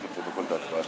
חבר הכנסת קיש.